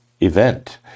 event